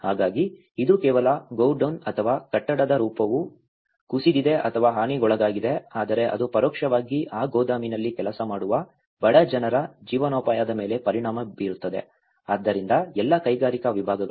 ಹಾಗಾಗಿ ಇದು ಕೇವಲ ಗೋಡೌನ್ ಅಥವಾ ಕಟ್ಟಡದ ರೂಪವು ಕುಸಿದಿದೆ ಅಥವಾ ಹಾನಿಗೊಳಗಾಗಿದೆ ಆದರೆ ಅದು ಪರೋಕ್ಷವಾಗಿ ಆ ಗೋದಾಮಿನಲ್ಲಿ ಕೆಲಸ ಮಾಡುವ ಬಡ ಜನರ ಜೀವನೋಪಾಯದ ಮೇಲೆ ಪರಿಣಾಮ ಬೀರುತ್ತದೆ ಆದ್ದರಿಂದ ಎಲ್ಲಾ ಕೈಗಾರಿಕಾ ವಿಭಾಗಗಳು